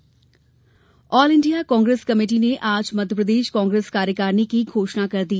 Congress committee all India Congress committee ने आज Madhya Pradesh Congress कार्यकारिणी की घोषणा कर दी